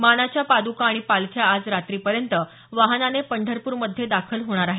मानाच्या पादका आणि पालख्या आज रात्रीपर्यंत वाहनाने पंढरप्रमध्ये दाखल होणार आहेत